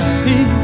see